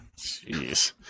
Jeez